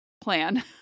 plan